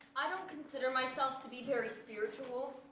i don't consider myself to be very spiritual.